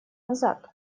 назад